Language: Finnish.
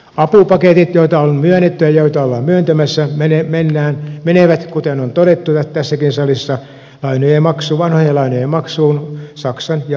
apupaketit joita on myönnetty ja joita ollaan myöntämässä menevät kuten on todettu tässäkin salissa vanhojen lainojen maksuun saksan ja ranskan pankeille